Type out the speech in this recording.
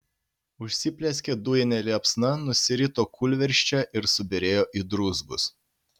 užsiplieskė dujine liepsna nusirito kūlvirsčia ir subyrėjo į druzgus